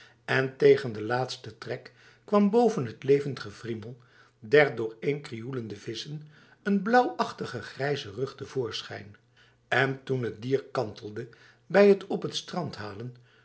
en tegen de laatste trek kwam boven het levend gewriemel der dooreenkrioelende vissen een blauwachtige grijze rug te voorschijn en toen het dier kantelde bij het op t strand halen